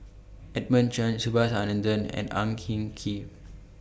Edmund Chen Subhas Anandan and Ang Kin Kee